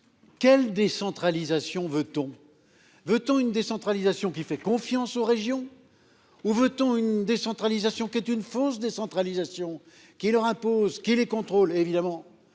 Quelle décentralisation veut on veut une décentralisation qui fait confiance aux régions. Où veut-on une décentralisation qui est une fausse décentralisation qui leur impose qui les contrôle.